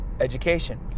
education